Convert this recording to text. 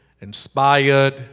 inspired